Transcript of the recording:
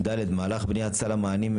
במהלך בניית סל המענים,